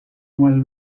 was